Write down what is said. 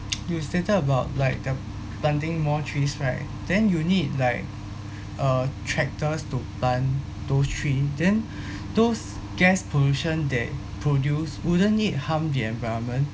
you stated about like the planting more trees right then you need like uh tractors to plant those tree then those gas pollution that produced wouldn't it harm the environment